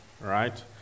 right